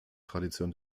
tradition